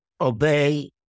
obey